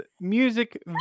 music